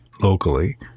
locally